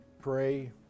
pray